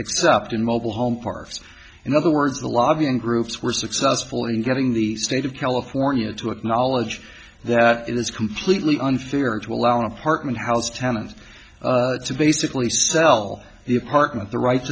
except in mobile home parks in other words the lobbying groups were successful in getting the state of california to acknowledge that it is completely unfair to allow an apartment house tenants to basically sell the apartment the right